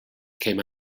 came